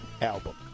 album